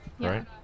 right